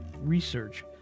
research